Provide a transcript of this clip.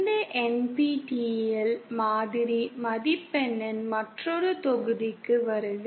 இந்த NPTEL மாதிரி மதிப்பெண்ணின் மற்றொரு தொகுதிக்கு வருக